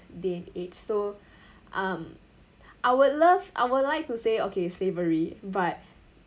day and age so um I would love I would like to say okay but